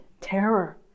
terror